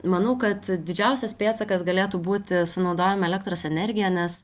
manau kad didžiausias pėdsakas galėtų būti sunaudojama elektros energija nes